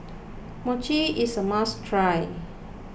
Mochi is a must try